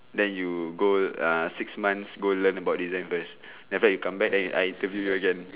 then you go uh six months go learn about design first then after you come back then I interview you again